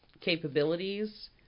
capabilities